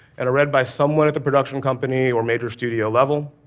and are read by someone at the production company or major studio level.